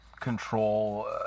Control